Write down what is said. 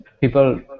people